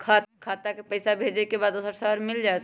खाता के पईसा भेजेए के बा दुसर शहर में मिल जाए त?